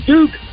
Duke